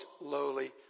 lowly